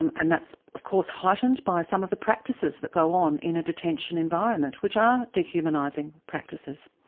and and that's of course heightened by some of the practices that go on in a detention environment which are dehumanizing practices.